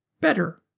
better